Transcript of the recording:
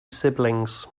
siblings